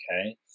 Okay